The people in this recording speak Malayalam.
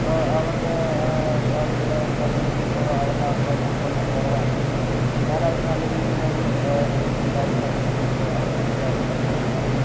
ഇപ്പോൾ അവരുടെ ആ ഭാവിയിലുള്ളതെന്ന് പറഞ്ഞ് കഴിഞ്ഞാലിപ്പോൾ അവരുടെ ആൾക്കാരേന്നൊക്കെ പറഞ്ഞ് കഴിഞ്ഞാൽ കുറവാണ് പക്ഷേ എന്നാലവര് നല്ല രീതിയിലവര് നെയ്തും കാര്യങ്ങളൊക്കേ തുന്നലിപ്പോൾ അങ്ങനത്തെ കാര്യങ്ങളൊക്കെ ആണെങ്കിലവർ